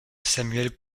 samuel